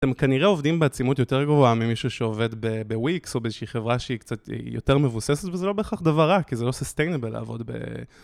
אתם כנראה עובדים בעצימות יותר גרועה ממישהו שעובד בוויקס, או באיזושהי חברה שהיא קצת יותר מבוססת, וזה לא בהכרח דבר רע, כי זה לא סייסטיינבל לעבוד ב...